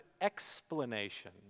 explanation